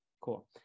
cool